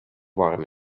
warm